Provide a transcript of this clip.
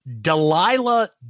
Delilah